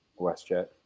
WestJet